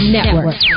Network